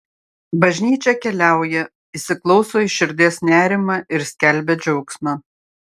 bažnyčia keliauja įsiklauso į širdies nerimą ir skelbia džiaugsmą